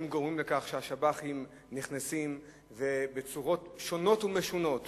הם גורמים לכך שהשב"חים נכנסים ובצורות שונות ומשונות